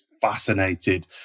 fascinated